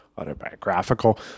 autobiographical